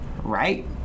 right